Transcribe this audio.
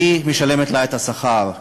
שמשלמת לה את השכר,